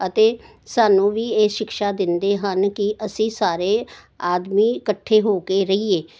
ਅਤੇ ਸਾਨੂੰ ਵੀ ਇਹ ਸ਼ਿਕਸ਼ਾ ਦਿੰਦੇ ਹਨ ਕਿ ਅਸੀਂ ਸਾਰੇ ਆਦਮੀ ਇਕੱਠੇ ਹੋ ਕੇ ਰਹੀਏ